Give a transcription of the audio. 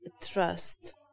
trust